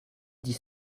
dix